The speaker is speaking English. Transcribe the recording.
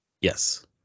Yes